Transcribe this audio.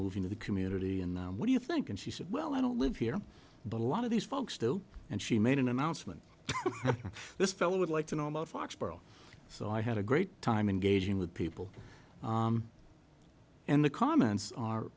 moving to the community and what do you think and she said well i don't live here but a lot of these folks do and she made an announcement this fellow would like to know about foxboro so i had a great time engaging with people and the comments are